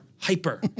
hyper